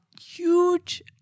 huge